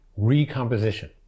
recomposition